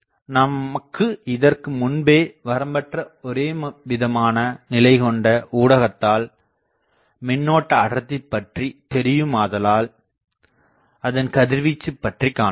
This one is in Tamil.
நமக்கு இதற்கு முன்பே வரம்பற்ற ஒரே விதமான நிலை கொண்ட ஊடகத்தால் மின்னோட்ட அடர்த்தி பற்றி தெரியுமாதலால் அதன் கதிர்வீச்சு பற்றி காணலாம்